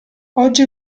oggi